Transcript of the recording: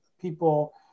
people